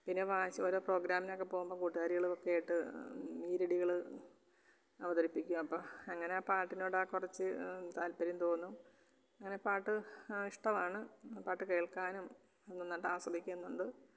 പിന്നെ വാശി ഓരോ പ്രോഗ്രാമിനൊക്കെ പോകുമ്പോൾ കൂട്ടുകാരികൾ ഒക്കെയായിട്ട് ഈരടികൾ അവതരിപ്പിക്കുക അപ്പം അങ്ങനെ പാട്ടിനോട് കുറച്ച് താല്പര്യം തോന്നും അങ്ങനെ പാട്ട് ഇഷ്ടമാണ് പാട്ട് കേൾക്കാനും നന്നായിട്ട് ആസ്വദിക്കുന്നുണ്ട്